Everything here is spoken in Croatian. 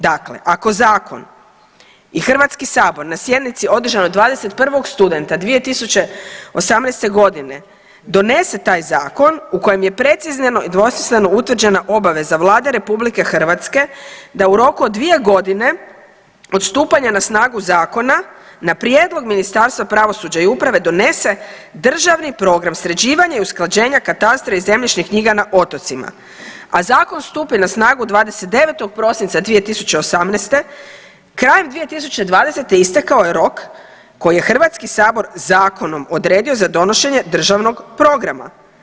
Dakle, ako zakon i Hrvatski sabor na sjednici održanoj 21. studenog 2018. godine donese taj zakon u kojem je precizno i dvosmisleno utvrđena obaveza Vlade Republike Hrvatske da u roku od dvije godine od stupanja na snagu zakona na prijedlog Ministarstva pravosuđa i uprave donese državni program sređivanja i usklađivanja katastra i zemljišnih knjiga na otocima, a zakon stupi na snagu 29. prosinca 2018. krajem 2020. istekao je rok koji je Hrvatski sabor zakonom odredio za donošenje državnog programa.